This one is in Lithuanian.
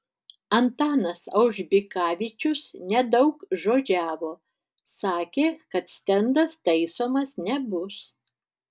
antanas aužbikavičius nedaugžodžiavo sakė kad stendas taisomas nebus